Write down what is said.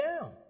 down